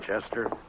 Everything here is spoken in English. Chester